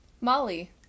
Molly